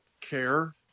care